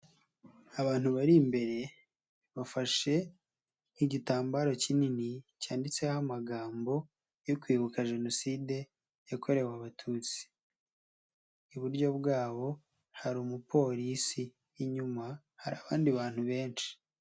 Abantu bari imbere bafashe igitambaro kinini cyanditseho amagambo yo kwibuka jenoside yakorewe abatutsi, iburyo bwabo hari Umupolisi, inyuma hari abandi bantu benshi.